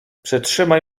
przytrzymaj